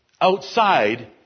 outside